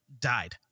died